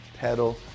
Pedal